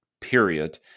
period